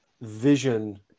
vision